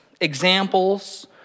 examples